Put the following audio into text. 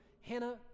Hannah